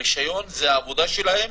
הרישיון זה העבודה שלהם,